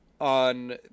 on